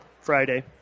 Friday